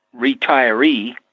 retiree